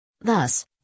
Thus